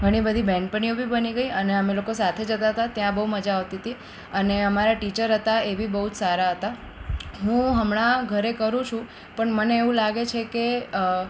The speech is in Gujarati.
ઘણી બધી બહેનપણીઓ બી બની ગઈ અને અમે લોકો સાથે જતા હતા ત્યાં બહુ મજા આવતી હતી અને અમારા ટીચર હતા એ બી બહુ જ સારા હતા હું હમણાં ઘરે કરું છું પણ મને એવું લાગે છે કે